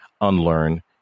unlearn